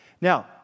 Now